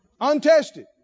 Untested